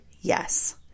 yes